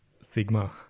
Sigma